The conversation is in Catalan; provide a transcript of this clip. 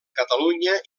catalunya